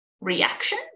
reaction